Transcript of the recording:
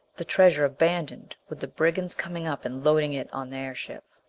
the treasure abandoned, with the brigands coming up and loading it on their ship.